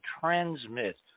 transmit